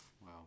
Wow